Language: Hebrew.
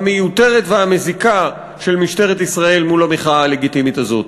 המיותרת והמזיקה של משטרת ישראל מול המחאה הלגיטימית הזאת.